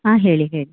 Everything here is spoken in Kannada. ಹಾಂ ಹೇಳಿ ಹೇಳಿ